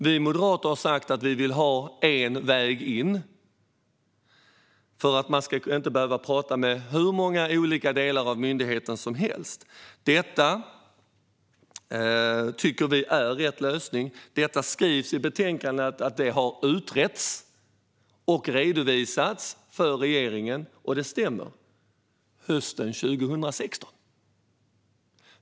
Vi moderater har sagt att vi vill ha en väg in för att man inte ska behöva prata med hur många olika delar av myndigheten som helst. Det tycker vi är rätt lösning. Det står i betänkandet att det har utretts och redovisats för regeringen hösten 2016, och det stämmer.